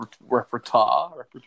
Repertoire